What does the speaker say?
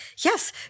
yes